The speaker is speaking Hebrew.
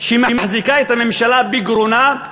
שמחזיקה את הממשלה בגרונה,